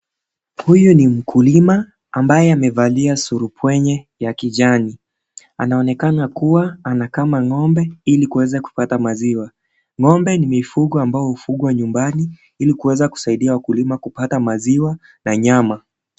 Huyu ni mkulima ambaye amevalia surupwenye ya kijani. Anaonekana kuwa anakama ng'ombe ili kuweza kupata maziwa. Ng'ombe ni mifugo ambao hufungwa nyumbani ili kuweza kusaidia wakulima kupata maziwa na nyama.